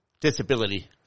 disability